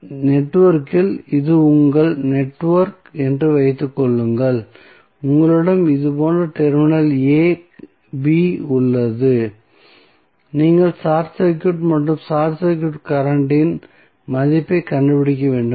எனவே நெட்வொர்க்கில் இது உங்கள் நெட்வொர்க் என்று வைத்துக் கொள்ளுங்கள் உங்களிடம் இது போன்ற டெர்மினல் ab உள்ளது நீங்கள் ஷார்ட் சர்க்யூட் மற்றும் ஷார்ட் சர்க்யூட் கரண்ட் இன் மதிப்பைக் கண்டுபிடிக்க வேண்டும்